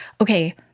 okay